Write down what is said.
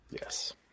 Yes